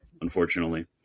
unfortunately